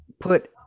put